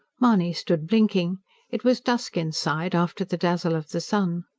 mahony stood blinking it was dusk inside, after the dazzle of the sun.